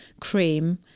cream